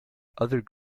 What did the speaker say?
other